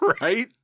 right